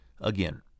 Again